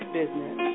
business